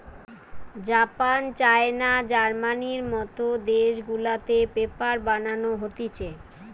Japan, China, জার্মানির মত দেশ গুলাতে পেপার বানানো হতিছে